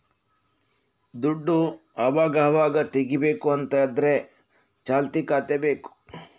ದುಡ್ಡು ಅವಗಾವಾಗ ತೆಗೀಬೇಕು ಅಂತ ಆದ್ರೆ ಚಾಲ್ತಿ ಖಾತೆ ಬೇಕು